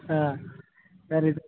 ಹಾಂ ಸರಿ